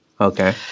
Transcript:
Okay